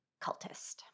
cultist